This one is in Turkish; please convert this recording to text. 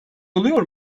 oluyor